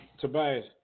Tobias